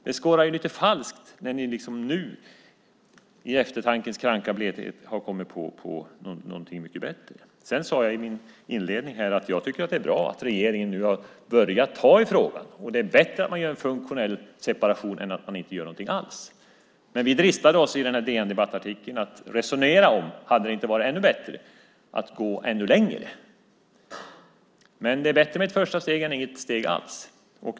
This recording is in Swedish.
Det skorrar lite falskt när ni nu liksom i eftertankens kranka blekhet har kommit på någonting mycket bättre. Inledningsvis sade jag att jag tycker att det är bra att regeringen nu har börjat ta tag i frågan. Det är bättre att göra en funktionell separation än att inte göra någonting alls. I vår artikel på DN Debatt dristade vi oss till att resonera om det inte hade varit ännu bättre att gå ännu längre. Men det är bättre med ett första steg än inget steg alls.